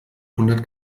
hundert